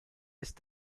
ist